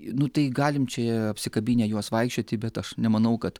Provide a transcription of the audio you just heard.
nu tai galim čia apsikabinę juos vaikščioti bet aš nemanau kad